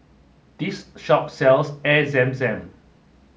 this shop sells Air Zam Zam